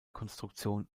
konstruktion